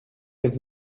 have